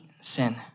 sin